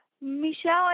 Michelle